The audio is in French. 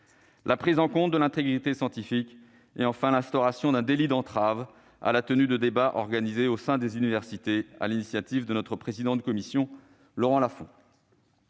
la prise en compte de l'intégrité scientifique ; enfin, l'instauration d'un délit d'entrave à la tenue de débats organisés au sein des universités, sur l'initiative de notre président de commission Laurent Lafon.